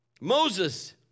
Moses